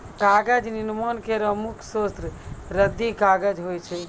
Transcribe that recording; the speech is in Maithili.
कागज निर्माण केरो मुख्य स्रोत रद्दी कागज होय छै